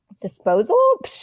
Disposal